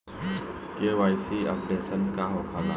KYC updation का होखेला?